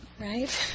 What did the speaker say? right